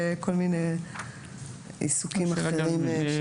וכל מיני עיסוקים אחרים.